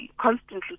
constantly